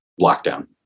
lockdown